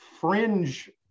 fringe